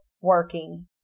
working